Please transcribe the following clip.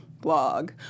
blog